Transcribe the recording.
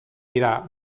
dira